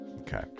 okay